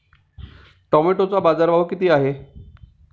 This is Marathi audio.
टोमॅटोचा बाजारभाव किती आहे?